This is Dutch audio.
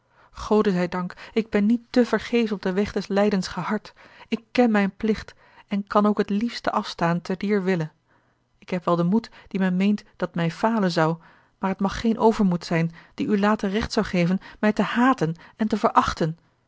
gode zij dank ik ben niet tevergeefs op den weg des lijdens gehard ik ken mijn plicht en kan ook het liefste afstaan te dier wille ik heb wel den moed die men meent dat mij falen zou maar het mag geen overmoed zijn die u later recht zou geven mij te haten en te verachten